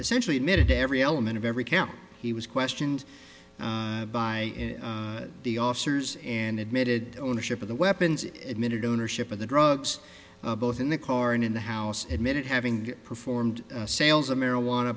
essentially admitted to every element of every care he was questioned by the officers and admitted ownership of the weapons admitted ownership of the drugs both in the car and in the house admitted having performed sales of marijuana